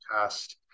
test